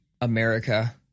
america